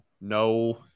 no